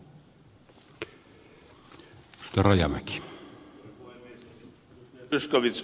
arvoisa herra puhemies